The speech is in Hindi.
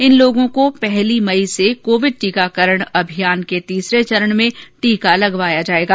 इन लोगों को पहली मई से कोविड टीकाकरण अभियान के तीसरे चरण में टीका लगाया जाएगा